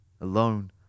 alone